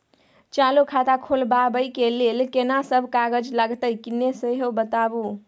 चालू खाता खोलवैबे के लेल केना सब कागज लगतै किन्ने सेहो बताऊ?